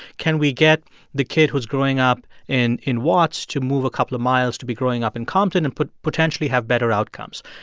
can we get the kid who's growing up in in watts to move a couple of miles to be growing up in compton and potentially have better outcomes?